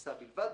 הטיסה בלבד,